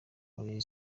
muri